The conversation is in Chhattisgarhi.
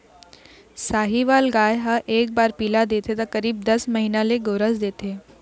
साहीवाल गाय ह एक बार पिला देथे त करीब दस महीना ले गोरस देथे